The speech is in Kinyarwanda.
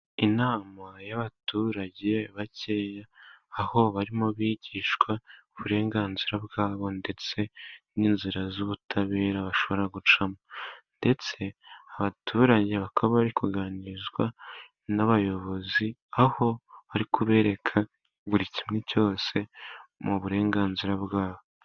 Inama y'abaturage bakeya, aho barimo bigishwa uburenganzira bwa bo ndetse n'inzira z'ubutabera bashobora gucamo. Ndetse abaturage bakaba bari kuganirizwa n'abayobozi, aho bari kubereka buri kimwe cyose mu burenganzira bwa bo.